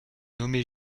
nommé